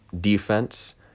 defense